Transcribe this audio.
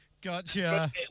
Gotcha